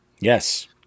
Yes